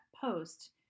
post